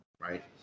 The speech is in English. right